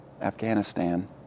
Afghanistan